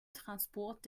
transport